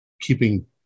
Keeping